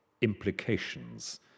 implications